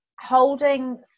Holding